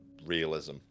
realism